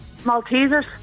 Maltesers